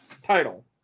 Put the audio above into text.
title